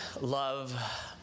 love